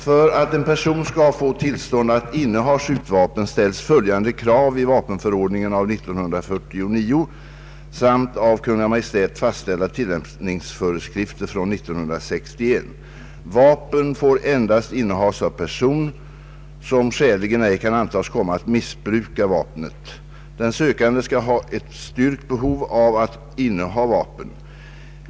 För att en person skall få tillstånd att inneha skjutvapen ställs följande krav i vapenförordningen av 1949 samt av Kungl. Maj:t fastställda tillämpningsföreskrifter från 1961: Vapen får endast innehas av person, som skäligen ej kan antas komma att missbruka vapnet. Den sökande skall ha ett styrkt behov av att inneha vapen.